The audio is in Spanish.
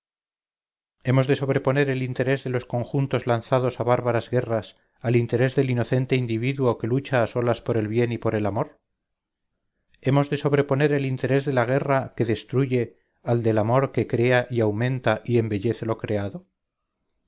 hemos de sobreponer el interés de los conjuntos lanzados a bárbaras guerras al interés del inocente individuo que lucha a solas por el bien y por el amor hemos de sobreponer el interés de la guerra que destruye al del amor que crea y aumenta y embellece lo creado